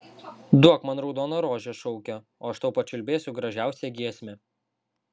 duok man raudoną rožę šaukė o aš tau pačiulbėsiu gražiausią giesmę